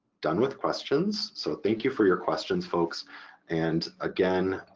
done with questions so thank you for your questions folks and again